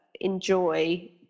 enjoy